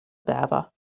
berber